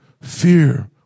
fear